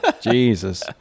Jesus